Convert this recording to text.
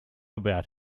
about